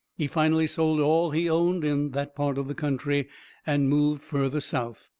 he finally sold all he owned in that part of the country and moved further south.